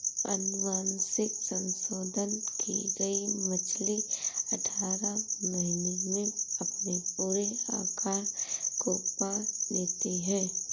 अनुवांशिक संशोधन की गई मछली अठारह महीने में अपने पूरे आकार को पा लेती है